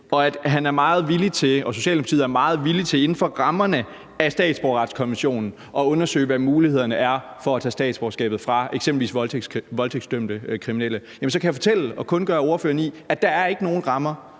at Socialdemokratiet er meget villig til inden for rammerne af statsborgerretskonventionen at undersøge, hvad mulighederne er for at tage statsborgerskabet fra eksempelvis voldtægtsdømte kriminelle. Jamen så kan jeg fortælle og kundgøre for ordføreren, at der ikke er nogen rammer